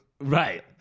Right